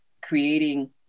creating